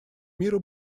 мира